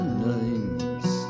names